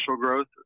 growth